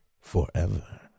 forever